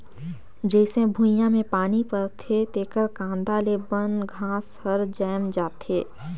जईसे भुइयां में पानी परथे तेकर कांदा ले बन घास हर जायम जाथे